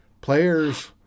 players